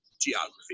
geography